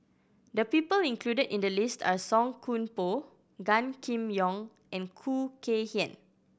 the people included in the list are Song Koon Poh Gan Kim Yong and Khoo Kay Hian